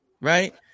right